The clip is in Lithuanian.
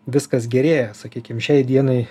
viskas gerėja sakykim šiai dienai